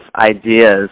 ideas